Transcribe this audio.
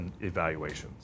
evaluations